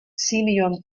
simeon